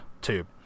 tube